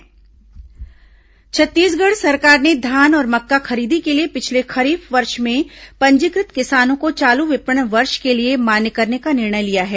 खरीफ वर्ष पंजीकृत किसान छत्तीसगढ़ सरकार ने धान और मक्का खरीदी के लिए पिछले खरीफ वर्ष में पंजीकृत किसानों को चालू विपणन वर्ष के लिए मान्य करने का निर्णय लिया है